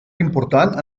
important